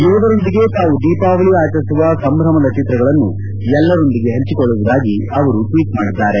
ಯೋಧರೊಂದಿಗೆ ತಾವು ದೀಪಾವಳಿ ಆಚರಿಸುವ ಸಂಭ್ರಮದ ಚಿತ್ರಗಳನ್ನು ಎಲ್ಲರೊಂದಿಗೆ ಪಂಚಿಕೊಳ್ಳುವುದಾಗಿ ಅವರು ಟ್ವೀಟ್ ಮಾಡಿದ್ದಾರೆ